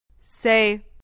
Say